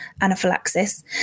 anaphylaxis